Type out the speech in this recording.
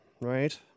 right